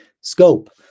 Scope